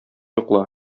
йокла